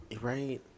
Right